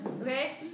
Okay